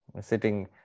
sitting